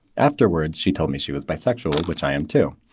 afterwards, she told me she was bisexual, which i am too.